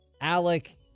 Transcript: Alec